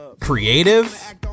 Creative